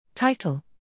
Title